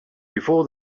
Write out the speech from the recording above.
before